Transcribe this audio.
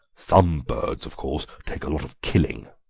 some birds, of course, take a lot of killing,